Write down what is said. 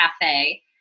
cafe